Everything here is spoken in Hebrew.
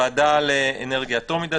ועדה לאנרגיה אטומית.